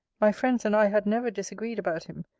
my friends and i had never disagreed about him,